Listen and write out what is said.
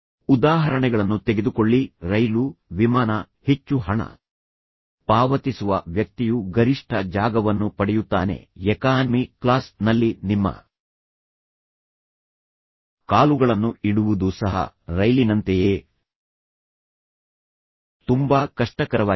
ಉದಾಹರಣೆಗಳನ್ನು ತೆಗೆದುಕೊಳ್ಳಿ ರೈಲು ವಿಮಾನ ಹೆಚ್ಚು ಹಣ ಪಾವತಿಸುವ ವ್ಯಕ್ತಿಯು ಗರಿಷ್ಠ ಜಾಗವನ್ನು ಪಡೆಯುತ್ತಾನೆ ಎಕಾನಮಿ ಕ್ಲಾಸ್ ನಲ್ಲಿ ನಿಮ್ಮ ಕಾಲುಗಳನ್ನು ಇಡುವುದು ಸಹ ರೈಲಿನಂತೆಯೇ ತುಂಬಾ ಕಷ್ಟಕರವಾಗಿದೆ